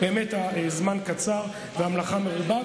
הזמן קצר והמלאכה מרובה,